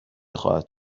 خواهد